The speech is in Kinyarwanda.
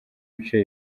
ibice